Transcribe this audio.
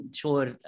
sure